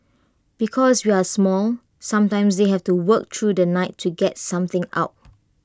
because we are small sometimes they have to work through the night to get something out